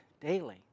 daily